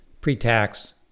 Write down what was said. pre-tax